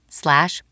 slash